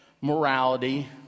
morality